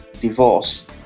Divorce